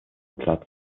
platz